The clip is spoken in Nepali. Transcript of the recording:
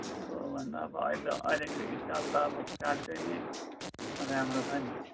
टिनको भन्दा पनि अहिले त अहिलेको स्टाइल त अब काठकै नै राम्रो छ नि